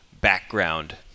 background